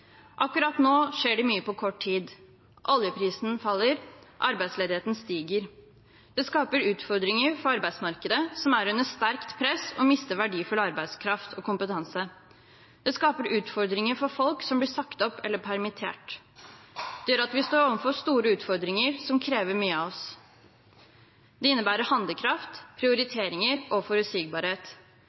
Akkurat nå skjer det mye på kort tid. Oljeprisen faller, arbeidsledigheten stiger. Det skaper utfordringer for arbeidsmarkedet, som er under sterkt press og mister verdifull arbeidskraft og kompetanse. Det skaper utfordringer for folk som blir sagt opp eller permittert. Det gjør at vi står overfor store utfordringer som krever mye av oss. Det innebærer handlekraft, prioriteringer og forutsigbarhet.